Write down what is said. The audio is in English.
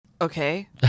Okay